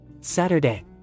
Saturday